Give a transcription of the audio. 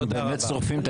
אתם באמת שורפים את המדינה.